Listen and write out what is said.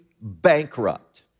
bankrupt